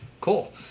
Cool